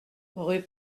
rue